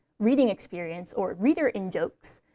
reading experience, or reader in-jokes,